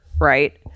right